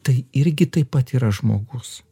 tai irgi taip pat yra žmogus